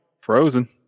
Frozen